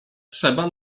trzeba